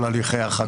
אדוני היו"ר,